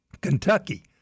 Kentucky